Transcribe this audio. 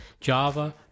Java